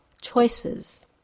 choices